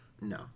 no